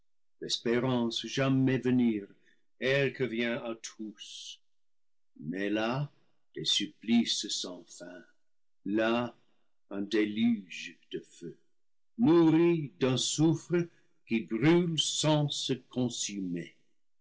l'espérance jamais venir elle qui vient à tous mais là des supplices sans fin là un déluge de feu nourri d'un soufre qui brûle sans se consumer